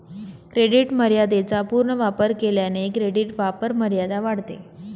credit मर्यादेचा पूर्ण वापर केल्याने क्रेडिट वापरमर्यादा वाढते